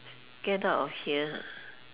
get out of here ah